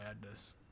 madness